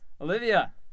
Olivia